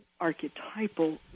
archetypal